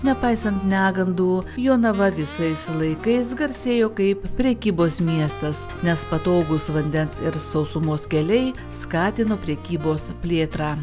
nepaisant negandų jonava visais laikais garsėjo kaip prekybos miestas nes patogūs vandens ir sausumos keliai skatino prekybos plėtrą